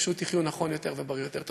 פשוט תחיו נכון יותר ובריא יותר.